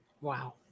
Wow